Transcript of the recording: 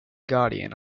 guardian